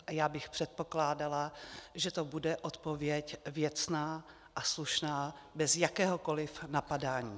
A já bych předpokládala, že to bude odpověď věcná a slušná bez jakéhokoliv napadání.